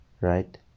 right